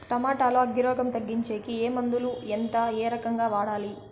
Tomato లో అగ్గి రోగం తగ్గించేకి ఏ మందులు? ఎంత? ఏ రకంగా వాడాలి?